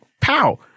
Pow